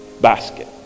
basket